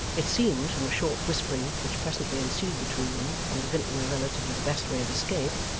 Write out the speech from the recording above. it seemed, from a short whispering which presently ensued between them and the vintner relative to the best way of escape,